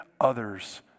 others